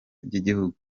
by’igihugu